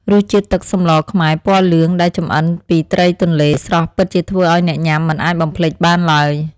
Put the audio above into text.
រសជាតិទឹកសម្លខ្មែរពណ៌លឿងដែលចម្អិនពីត្រីទន្លេស្រស់ពិតជាធ្វើឱ្យអ្នកញ៉ាំមិនអាចបំភ្លេចបានឡើយ។